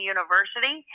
University